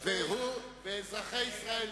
ואני חושב היום,